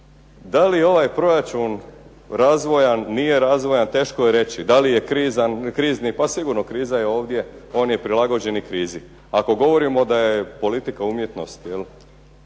Da li je ovaj proračun razvojan, nije razvojan teško je reći. Da li je krizni, pa sigurno, kriza je ovdje, on je prilagođen krizi. Ako govorimo da je politika umjetnost